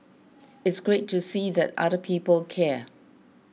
it's great to see that other people care